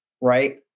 right